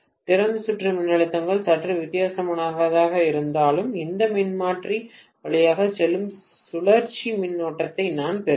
திறந்த சுற்று மின்னழுத்தங்கள் சற்று வித்தியாசமாக இருந்தாலும் இந்த மின்மாற்றி வழியாகச் செல்லும் சுழற்சி மின்னோட்டத்தை நான் பெறுவேன்